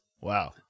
Wow